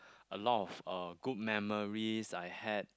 a lot of uh good memories I had